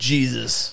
Jesus